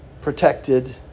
protected